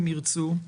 אם ירצו,